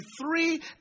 three